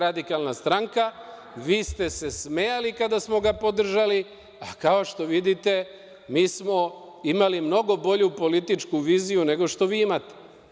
Vi ste smejali kada smo ga podržali, a kao što vidite mi smo imali mnogo bolju političku viziju nego što vi imate.